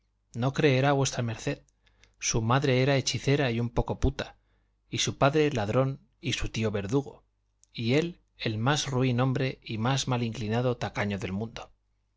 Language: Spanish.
no creerá v md su madre era hechicera y un poco puta y su padre ladrón y su tío verdugo y él el más ruin hombre y más mal inclinado tacaño del mundo